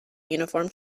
uniform